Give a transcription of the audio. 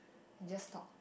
and just talk